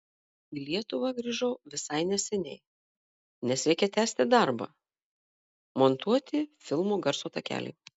į lietuvą grįžau visai neseniai nes reikia tęsti darbą montuoti filmo garso takelį